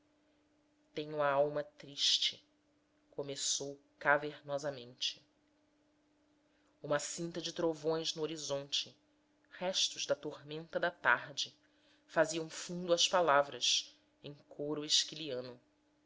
a alma triste começou cavernosamente uma cinta de trovões no horizonte restos da tormenta da tarde faziam fundo às palavras em coro esquiliano tenho